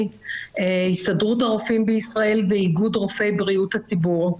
הסתדרות הרופאים בישראל ואיגוד רופאי בריאות הציבור,